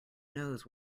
knows